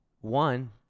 one